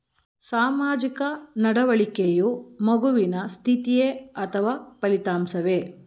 ಸಾಮಾಜಿಕ ನಡವಳಿಕೆಯು ಮಗುವಿನ ಸ್ಥಿತಿಯೇ ಅಥವಾ ಫಲಿತಾಂಶವೇ?